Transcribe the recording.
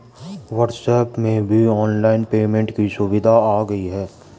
WhatsApp में भी online payment की सुविधा आ गई है